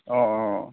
অঁ অঁ